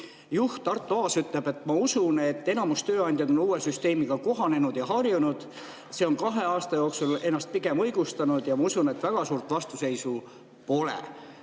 juht Arto Aas ütleb, et ta usub, et enamus tööandjaid on uue süsteemiga kohanenud ja harjunud, see on kahe aasta jooksul ennast pigem õigustanud, ja ta usub, et väga suurt vastuseisu pole.